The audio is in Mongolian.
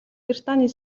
британийн